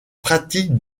pratiques